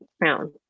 crown